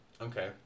Okay